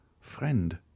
friend